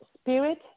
Spirit